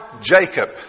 Jacob